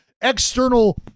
external